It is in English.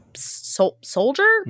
soldier